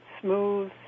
smooth